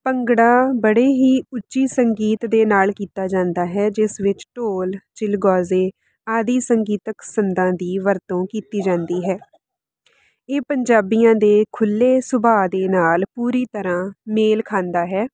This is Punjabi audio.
ਭੰਗੜਾ ਬੜੇ ਹੀ ਉੱਚੀ ਸੰਗੀਤ ਦੇ ਨਾਲ ਕੀਤਾ ਜਾਂਦਾ ਹੈ ਜਿਸ ਵਿੱਚ ਢੋਲ ਚਿਲਗੋਜੇ ਆਦਿ ਸੰਗੀਤਕ ਸੰਦਾਂ ਦੀ ਵਰਤੋਂ ਕੀਤੀ ਜਾਂਦੀ ਹੈ ਇਹ ਪੰਜਾਬੀਆਂ ਦੇ ਖੁੱਲ੍ਹੇ ਸੁਭਾਅ ਦੇ ਨਾਲ ਪੂਰੀ ਤਰ੍ਹਾਂ ਮੇਲ ਖਾਂਦਾ ਹੈ